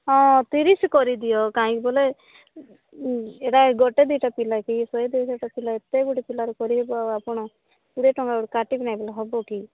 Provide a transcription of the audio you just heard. ହଁ ତିରିଶି କରିଦିଅ କାଇଁକି ବୋଲେ ଏଇଟା ଗୋଟେ ଦୁଇଟା ପିଲା କି ଶହେ ଦୁଇଶହଟା ପିଲା ଏତେ ଗୋଟେ ପିଲାର କରିବ ଆପଣ କୋଡ଼ିଏ ଟଙ୍କା କାଟିବି ନାଇଁ ବୋଲେ ହେବ କି